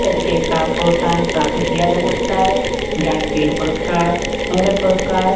तरीके का प्रोत्साहन प्राप्त किया जा सकता है ज्ञानपीठ पुरुस्कार नोबल पुरुस्कार